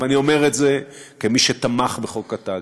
ואני אומר את זה כמי שתמך בחוק התאגיד,